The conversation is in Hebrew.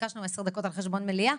ביקשנו 10 דקות על חשבון המליאה.